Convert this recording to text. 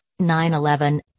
9-11